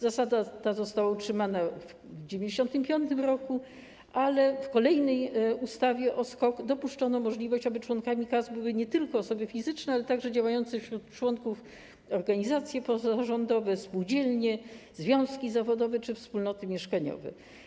Zasada ta została utrzymana w 1995 r., ale w kolejnej ustawie o SKOK dopuszczono możliwość, aby członkami kas były nie tylko osoby fizyczne, ale także działające wśród członków organizacje pozarządowe, spółdzielnie, związki zawodowe czy wspólnoty mieszkaniowe.